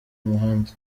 umuhanda